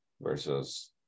versus